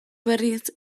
berriz